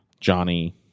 Johnny